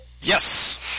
Yes